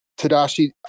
Tadashi